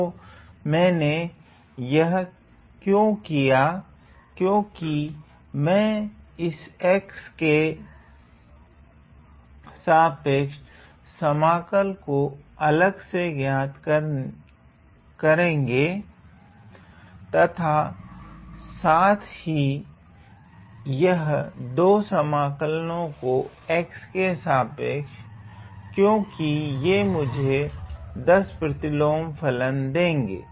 तो मेने यह क्यो किया क्योकि मैं इस x के सापेक्ष समाकल को अलग से ज्ञात करेगे तथा साथ ही यह 2 समकलों को x के सापेक्ष क्योकि ये मुझे 10 प्रतिलोम फलन देगे